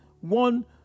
one